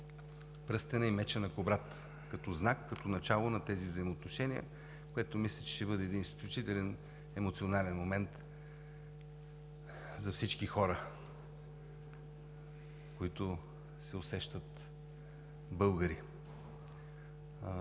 пръстенът и мечът на Кубрат като знак и начало на тези взаимоотношения. Това мисля, че ще бъде един изключителен емоционален момент за всички хора, които се усещат българи.